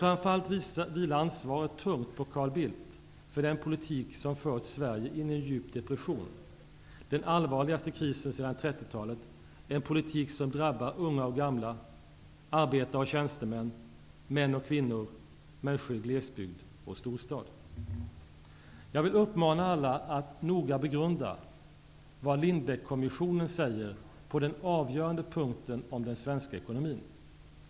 ramför allt vilar ansvaret tungt på Carl Bildt för den politik som fört Sverige in i en djup depression, den allvarligaste krisen sedan 30 talet, en politik som drabbar unga och gamla, arbetare och tjänstemän, män och kvinnor, människor i glesbygd och i storstad. Jag vill uppmana alla att noga begrunda vad Lindbeckkommissionen säger på den avgörande punkten om den svenska ekonomin.